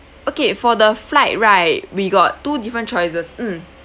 okay for the flight right we got two different choices mm